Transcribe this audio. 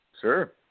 Sure